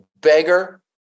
beggar